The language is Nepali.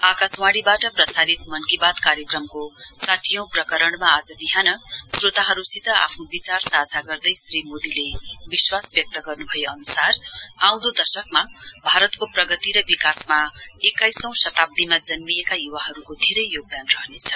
आकाशवाणीवाट प्रसारित मन की बात कार्यक्रमको साठीऔं प्रकरणमा आज बिहान श्रोताहरुसित आफ्नो विचार साझा गर्दा श्री मोदीले विश्वास व्यक्त गर्न भए अनुसार आउँदो दशकमा भारतको प्रगति र विकासमा एक्काइसौं शताब्दीमा जन्मिएका युवाहरुको धेरै योगदान रहनेछ